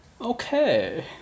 Okay